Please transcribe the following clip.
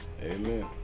Amen